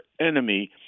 enemy